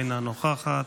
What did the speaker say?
אינה נוכחת,